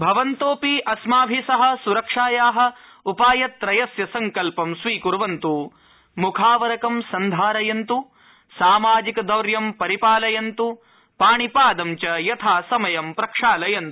भवन्तोऽपि अस्माभि सह सुरक्षाया उपायत्रयस्य संकल्पं स्वीकृर्वन्त् मुखावरंक सन्धारयन्त सामाजिकदौर्य परिपालयन्त पाणिपाद च यथासमयं प्रक्षालयन्त